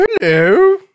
hello